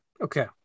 Okay